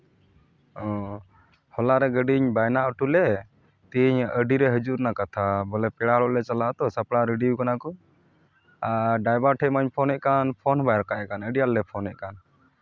ᱚ ᱦᱚᱞᱟᱨᱮ ᱜᱟᱹᱰᱤᱧ ᱵᱟᱭᱱᱟ ᱦᱚᱴᱚ ᱞᱮᱫ ᱛᱮᱦᱤᱧ ᱟᱹᱰᱤᱨᱮ ᱦᱤᱡᱩᱜ ᱨᱮᱱᱟᱜ ᱠᱟᱛᱷᱟ ᱵᱚᱞᱮ ᱯᱮᱲᱟ ᱦᱚᱲᱚᱜ ᱞᱮ ᱪᱟᱞᱟᱜ ᱟᱛᱚ ᱥᱟᱯᱲᱟᱣ ᱨᱮᱰᱤ ᱠᱟᱱᱟ ᱠᱚ ᱟᱨ ᱰᱟᱭᱵᱷᱟᱨ ᱴᱷᱮᱡ ᱢᱟᱧ ᱯᱷᱳᱱᱮᱜ ᱠᱟᱱ ᱯᱷᱚᱱ ᱦᱚᱸᱵᱟᱭ ᱨᱟᱠᱟᱵᱮᱜ ᱠᱟᱱ ᱟᱹᱰᱤ ᱟᱸᱴᱞᱮ ᱯᱷᱳᱱ ᱮᱜ ᱠᱟᱱ